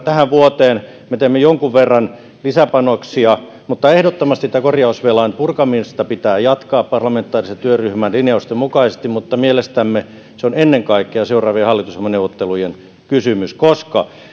tähän vuoteen me teemme jonkun verran lisäpanoksia ehdottomasti tämän korjausvelan purkamista pitää jatkaa parlamentaarisen työryhmän linjausten mukaisesti mutta mielestämme se on ennen kaikkea seuraavien hallitusohjelmaneuvottelujen kysymys koska